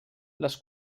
les